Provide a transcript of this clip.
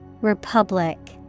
Republic